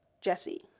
Jesse